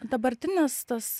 dabartinis tas